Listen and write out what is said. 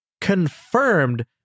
Confirmed